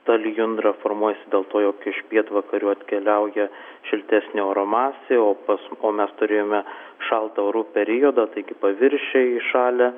ta lijundra formuosis dėl to jog iš pietvakarių atkeliauja šiltesnė oro masė o pas o mes turėjome šaltą orų periodą taigi paviršiai įšalę